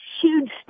huge